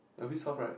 a bit soft right